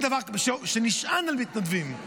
שנשען על מתנדבים.